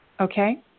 okay